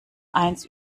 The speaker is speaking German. eins